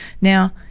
Now